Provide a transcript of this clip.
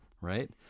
right